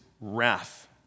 wrath